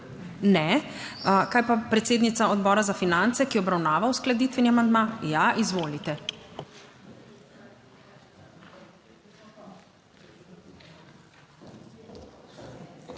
(Ne.) Kaj pa predsednica Odbora za finance, ki obravnava uskladitveni amandma? Ja, izvolite.